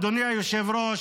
אדוני היושב-ראש,